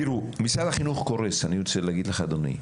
תראו, משרד החינוך קורס אני רוצה להגיד לך אדוני,